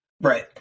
Right